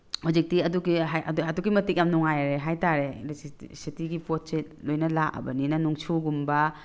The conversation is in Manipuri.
ꯍꯧꯖꯤꯛꯇꯤ ꯑꯗꯨꯒꯤ ꯍꯥꯏꯗꯤ ꯑꯗꯨꯛꯀꯤ ꯃꯇꯤꯛ ꯌꯥꯝ ꯅꯨꯉꯥꯏꯔꯦ ꯍꯥꯏꯇꯥꯔꯦ ꯑꯦꯂꯦꯛꯇ꯭ꯔꯤꯁꯤꯇꯤꯒꯤ ꯄꯣꯠꯁꯦ ꯂꯣꯏꯅ ꯂꯥꯛꯑꯕꯅꯤꯅ ꯅꯨꯡꯁꯨꯒꯨꯝꯕ